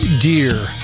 Dear